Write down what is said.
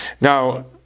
Now